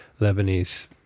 Lebanese